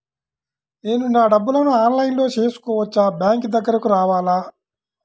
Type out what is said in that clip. నేను నా డబ్బులను ఆన్లైన్లో చేసుకోవచ్చా? బ్యాంక్ దగ్గరకు రావాలా?